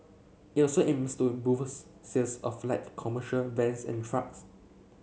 it also aims to sales of light commercial vans and trucks